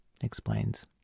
explains